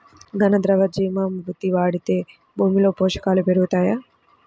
ఘన, ద్రవ జీవా మృతి వాడితే భూమిలో పోషకాలు పెరుగుతాయా?